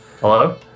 Hello